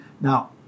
Now